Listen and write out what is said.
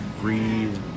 breathe